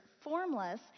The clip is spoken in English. formless